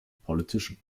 politician